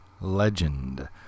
legend